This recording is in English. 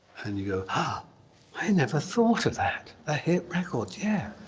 and you go, ah i never thought of that. a hit record, yeah.